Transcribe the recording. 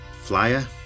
flyer